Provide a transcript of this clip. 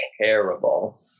terrible